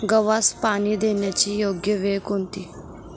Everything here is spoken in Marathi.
गव्हास पाणी देण्याची योग्य वेळ कोणती?